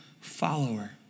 follower